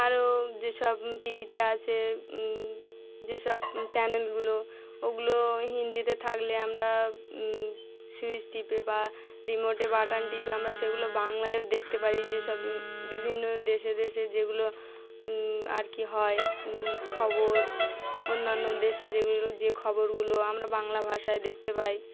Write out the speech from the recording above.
আরও যেসব টিভিতে আছে যেসব চ্যানেলগুলো ওগুলো হিন্দিতে থাকলে আমরা সুইচ টিপে বা রিমোটে বাটন টিপে আমরা সেগুলো বাংলায়ও দেখতে পারি যেসব বিভিন্ন দেশে দেশে যেগুলো আর কি হয় খবর অন্যান্য দেশে যেগুলো যে খবরগুলো আমরা বাংলা ভাষায় দেখতে পাই